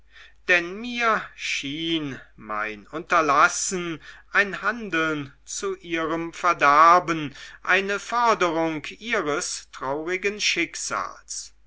denn mir schien mein unterlassen ein handeln zu ihrem verderben eine förderung ihres traurigen schicksals